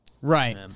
right